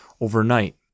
overnight